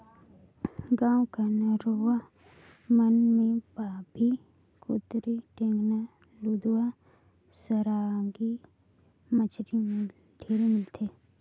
गाँव कर नरूवा मन में बांबी, कोतरी, टेंगना, लुदवा, सरांगी मछरी ढेरे मिलथे